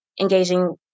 engaging